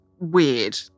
weird